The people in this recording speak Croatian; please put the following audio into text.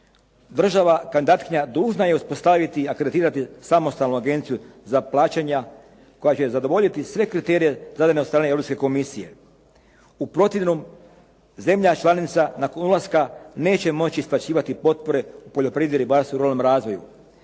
država kandidatkinja dužna je uspostaviti i akreditirati samostalnu agenciju za plaćanja koja će zadovoljiti sve kriterije zadane od strane Europske komisije. U protivnom, zemlja članica nakon ulaska neće moći isplaćivati potpore u poljoprivredi, ribarstvu i ruralnom razvoju.